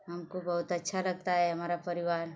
हमको बहुत अच्छा लगता है हमारा परिवार